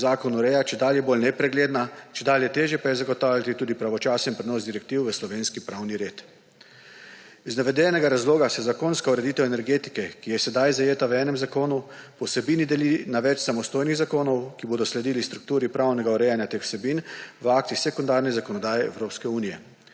ki jo zakon ureja, čedalje bolj nepregledna, čedalje težje pa je zagotavljati tudi pravočasen prenos direktiv v slovenski pravni red. Iz navedenega razloga se zakonska ureditev energetike, ki je sedaj zajeta v enem zakonu, po vsebini deli na več samostojnih zakonov, ki bodo sledili strukturi pravnega urejanja teh vsebin v akciji sekundarne zakonodaje Evropske unije.